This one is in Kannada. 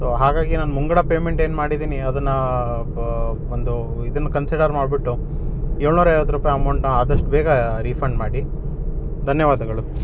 ಸೊ ಹಾಗಾಗಿ ನಾನು ಮುಂಗಡ ಪೇಮೆಂಟ್ ಏನು ಮಾಡಿದ್ದೀನಿ ಅದನ್ನು ಪ ಒಂದು ಇದನ್ನ ಕನ್ಸಿಡರ್ ಮಾಡಿಬಿಟ್ಟು ಏಳ್ನೂರೈವತ್ತು ರೂಪಾಯಿ ಅಮೌಂಟ್ನ ಆದಷ್ಟು ಬೇಗ ರಿಫಂಡ್ ಮಾಡಿ ಧನ್ಯವಾದಗಳು